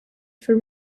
for